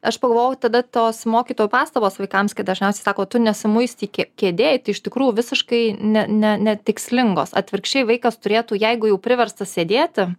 aš pagalvojau tada tos mokytojo pastabos vaikams kad dažniausiai sako tu nesimuistyk kė kėdėj tai iš tikrųjų visiškai ne ne ne tikslingos atvirkščiai vaikas turėtų jeigu jau priverstas sėdėti